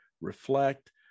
reflect